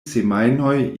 semajnoj